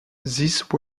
these